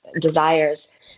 desires